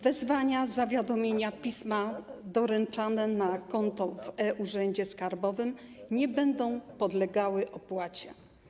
Wezwania, zawiadomienia, pisma doręczane na konto w e-Urzędzie Skarbowym nie będą podlegały opłacie.